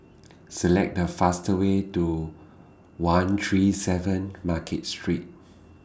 Select The fast Way Do one three seven Market Street